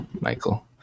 michael